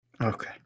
Okay